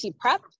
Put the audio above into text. prep